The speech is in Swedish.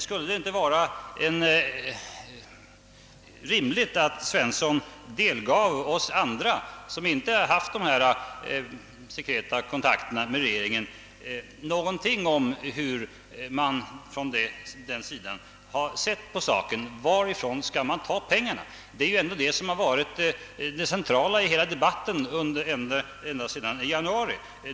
Vore det inte rimligt att herr Svensson delgav oss andra, som inte haft dessa sekreta kontakter med regeringen, hur man på det hållet sett på saken? Varifrån skall pengarna tas? Det är ju ändå den frågan som varit det centrala i hela debatten ända sedan januari.